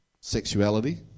sexuality